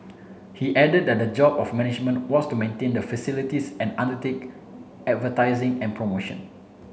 he added that the job of the management was to maintain the facilities and undertake advertising and promotion